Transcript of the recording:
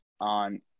on